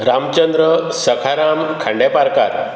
Ramchandra Sakharam Khandeparkar